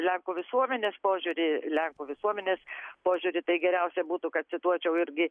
lenkų visuomenės požiūrį lenkų visuomenės požiūrį tai geriausia būtų kad cituočiau irgi